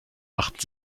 machten